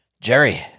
Jerry